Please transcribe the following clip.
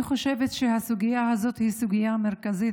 אני חושבת שהסוגיה הזאת היא סוגיה מרכזית,